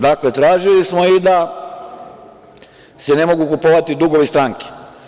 Dakle, tražili smo i da se ne mogu kupovati dugovi stranke.